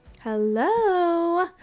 Hello